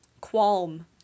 qualm